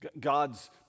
God's